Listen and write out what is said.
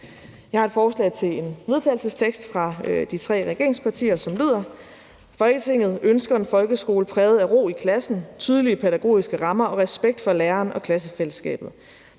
Jeg har et forslag til vedtagelse fra de tre regeringspartier, som lyder: Forslag til vedtagelse »Folketinget ønsker en folkeskole præget af ro i klassen, tydelige pædagogiske rammer og respekt for læreren og klassefællesskabet.